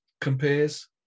compares